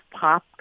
pop